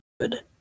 good